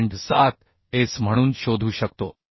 7 s म्हणून शोधू शकतो